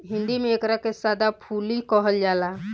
हिंदी में एकरा के सदाफुली कहल जाला